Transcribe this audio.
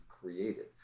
created